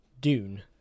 Dune